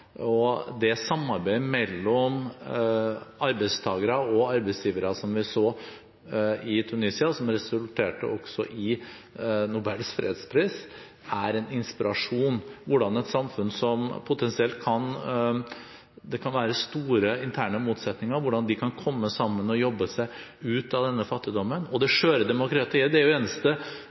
partene. Det samarbeidet mellom arbeidstakere og arbeidsgivere som vi så i Tunisia, som også resulterte i Nobels fredspris, er en inspirasjon for hvordan man i et samfunn der det potensielt kan være store interne motsetninger, kan komme sammen og jobbe seg ut av fattigdommen. Dette skjøre demokratiet er det eneste demokratiet som nå faktisk gjenstår etter den arabiske våren, og